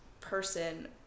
Person